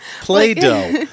Play-Doh